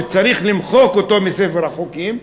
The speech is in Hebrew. שצריך למחוק אותו מספר החוקים,